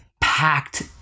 packed